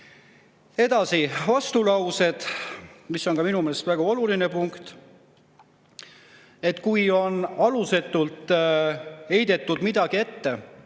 Edasi vastulaused, mis on minu meelest väga oluline punkt. Kui on alusetult heidetud midagi ette,